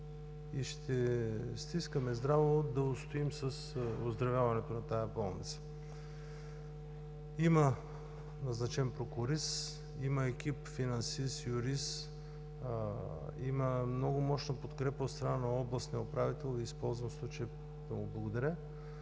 и ще стискаме здраво да устоим с оздравяването на тази болница. Има назначен прокурист, има екип – финансист, юрист, има много мощна подкрепа от страна на областния управител. Използвам случая да му благодаря.